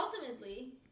Ultimately